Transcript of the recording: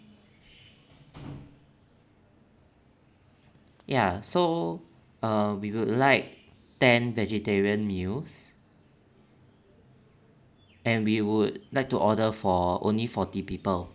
ya so uh we would like ten vegetarian meals and we would like to order for only forty people